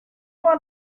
want